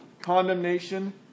condemnation